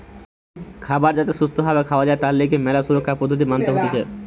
খাবার যাতে সুস্থ ভাবে খাওয়া যায় তার লিগে ম্যালা সুরক্ষার পদ্ধতি মানতে হতিছে